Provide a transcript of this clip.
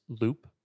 loop